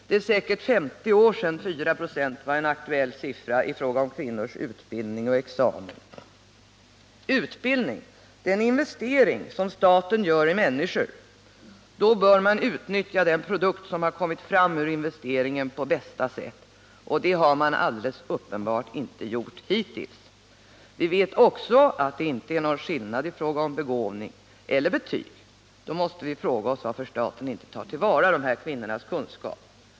Det är säkert 50 år sedan 4 96 var en aktuell siffra i fråga om kvinnors utbildning och examen. Utbildning är en investering som staten gör i människor. Då bör man utnyttja den produkt som har kommit fram ur investeringen på bästa sätt, och det har man alldeles uppenbart inte gjort hittills. Vi vet också att det inte är någon skillnad i fråga om begåvning eller betyg. Då måste vi fråga oss, varför staten inte tar till vara de här kvinnornas kunskaper.